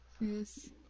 Yes